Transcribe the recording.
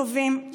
טובים,